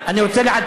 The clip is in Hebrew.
אני רוצה להגיד לך,